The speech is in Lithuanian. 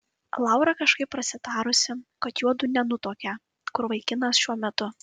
laura kažkaip prasitarusi kad juodu nenutuokią kur vaikinas šiuo metu